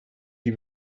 die